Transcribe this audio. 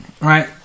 right